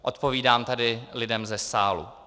Odpovídám tady lidem ze sálu.